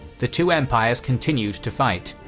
the two empires continued to fight,